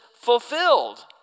fulfilled